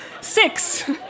six